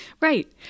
Right